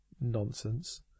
nonsense